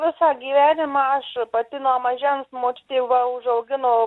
visą gyvenimą aš pati nuo mažens močiutė va užaugino